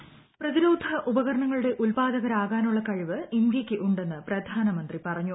വോയീസ് പ്രതിരോധ ഉപകരണങ്ങളുടെ ഉൽപ്പാദകരാകാനുള്ള കഴിവ് ഇന്ത്യയ്ക്ക് ഉണ്ടെന്ന് പ്രധാനമന്ത്രി പറഞ്ഞു